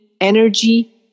energy